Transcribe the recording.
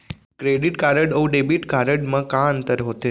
Credit card अऊ debit card मा का अंतर होथे?